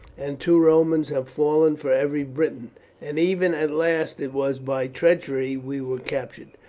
and two romans have fallen for every briton and even at last it was by treachery we were captured.